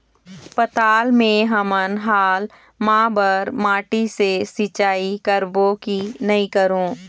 पताल मे हमन हाल मा बर माटी से सिचाई करबो की नई करों?